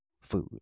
food